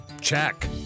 check